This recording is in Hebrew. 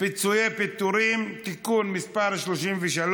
פיצויי פיטורים (תיקון מס' 33)